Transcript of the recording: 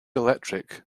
electric